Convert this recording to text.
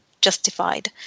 justified